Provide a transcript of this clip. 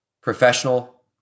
professional